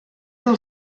del